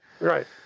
Right